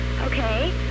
Okay